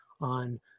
on